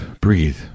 breathe